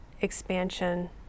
expansion